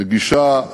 גישה,